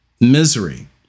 misery